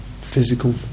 physical